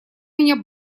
меня